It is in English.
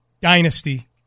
Dynasty